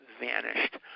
vanished